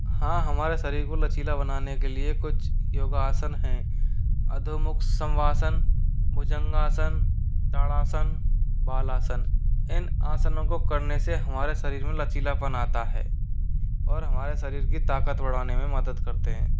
हाँ हमारे शरीर को लचीला बनाने के लिए कुछ योगासन हैं अधोमुख सम्वासन भुजंगासन तड़ासन बालासन इन आसनों को करने से हमारे शरीर में लचीलापन आता है और हमारे शरीर की ताकत बढ़ाने में मदद करते हैं